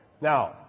Now